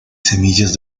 semillas